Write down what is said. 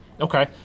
Okay